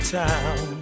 town